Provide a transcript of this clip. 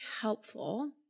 helpful